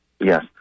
Yes